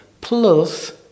plus